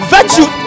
Virtue